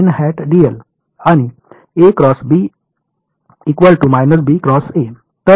तर n मध्यभागी येईल